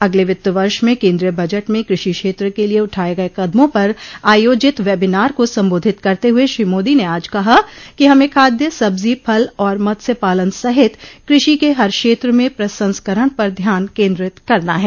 अगले वित्त वर्ष में केंद्रीय बजट में कृषि क्षेत्र के लिए उठाए गए कदमों पर आयोजित वेबिनार को संबोधित करते हुए श्री मोदी ने आज कहा कि हमें खाद्य सब्जी फल और मत्स्य पालन सहित कृषि के हर क्षेत्र में प्रसंस्करण पर ध्यान केंद्रित करना है